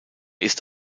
ist